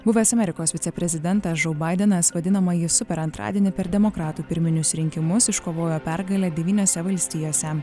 buvęs amerikos viceprezidentas žou baidenas vadinamąjį super antradienį per demokratų pirminius rinkimus iškovojo pergalę devyniose valstijose